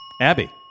Abby